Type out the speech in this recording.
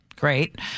Great